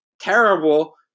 terrible